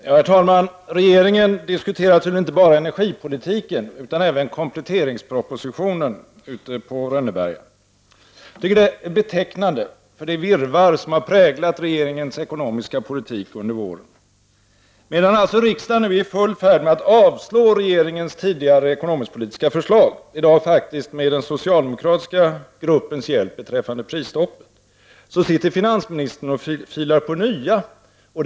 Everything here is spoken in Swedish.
Herr talman! Regeringen diskuterade tydligen inte bara energipolitiken utan även kompletteringspropositionen ute på Rönneberga. Jag tycker att det är betecknande för det virrvarr som har präglat regeringens ekonomiska politik under våren. Medan riksdagen nu är i full färd med att avslå regeringens tidigare ekonomisk-politiska förslag — i dag faktiskt med den socialdemokratiska gruppens hjälp beträffande prisstoppet — sitter finansministern och filar på nya förslag.